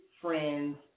friends